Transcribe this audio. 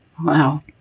Wow